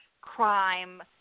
crime